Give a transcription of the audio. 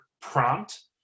prompt